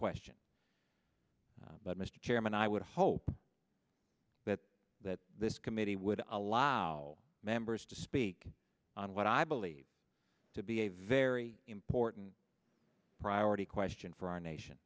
question but mr chairman i would hope that that this committee would allow members to speak on what i believe to be a very important priority question for our nation